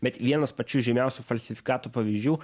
bet vienas pačių žymiausių falsifikatų pavyzdžių